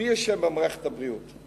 מי אשם במערכת הבריאות.